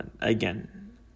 Again